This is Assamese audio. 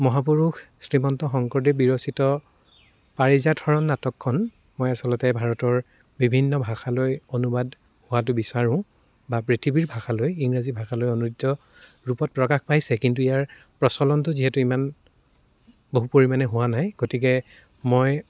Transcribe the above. মহাপুৰুষ শ্ৰীমন্ত শংকৰদেৱ বিৰচিত পাৰিজাত হৰণ নাটকখন মই আচলতে ভাৰতৰ বিভিন্ন ভাষালৈ অনুবাদ হোৱাটো বিচাৰোঁ বা পৃথিৱীৰ ভাষালৈ ইংৰাজী ভাষালৈ অনুদিত ৰূপত প্ৰকাশ পাইছে কিন্তু ইয়াৰ প্ৰচলনটো যিহেতু ইমান বহু পৰিমাণে হোৱা নাই গতিকে মই